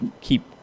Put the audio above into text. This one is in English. keep